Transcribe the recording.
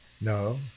No